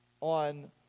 on